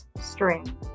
string